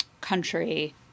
country